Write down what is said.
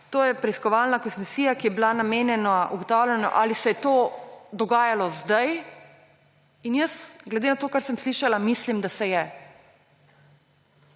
to je preiskovalna komisija, ki je bila namenjena ugotavljanju, ali se je to dogajalo zdaj. In jaz glede na to, kar sem slišala, mislim, da se je.